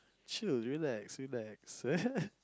chill relax relax